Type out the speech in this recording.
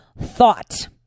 Thought